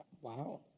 Wow